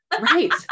right